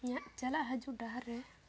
ᱤᱧᱟᱹᱜ ᱪᱟᱞᱟᱜ ᱦᱟᱹᱡᱩᱜ ᱰᱟᱦᱟᱨ ᱨᱮ